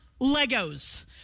Legos